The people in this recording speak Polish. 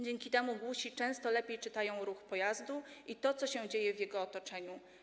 Dzięki temu głusi często lepiej czytają ruch pojazdu i to, co dzieje się w jego otoczeniu.